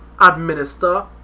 administer